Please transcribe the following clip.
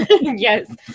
Yes